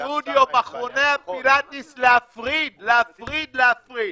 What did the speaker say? הסטודיו, מכוני הפילטיס, להפריד להפריד להפריד.